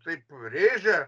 taip rėžia